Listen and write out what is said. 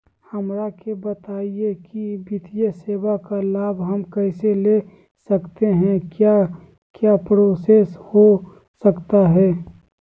हमरा के बताइए की वित्तीय सेवा का लाभ हम कैसे ले सकते हैं क्या क्या प्रोसेस हो सकता है?